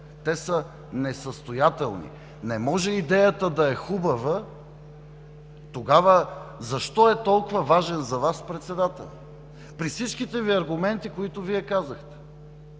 Те са несъстоятелни. Не може идеята да е хубава и тогава защо е толкова важен за Вас председателят при всичките Ви аргументи, които Вие казахте?